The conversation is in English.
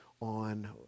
on